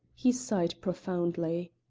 he sighed profoundly.